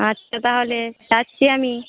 আচ্ছা তাহলে ছাড়ছি আমি